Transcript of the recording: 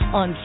on